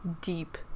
deep